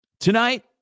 Tonight